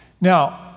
Now